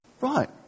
Right